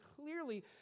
clearly